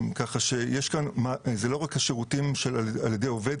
כך שזה לא רק השירותים על ידי עובד,